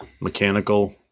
Mechanical